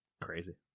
Crazy